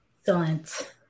Excellent